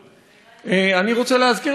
אני רוצה להזכיר לך, אדוני השר: